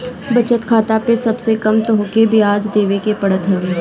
बचत खाता पअ सबसे कम तोहके बियाज देवे के पड़त हवे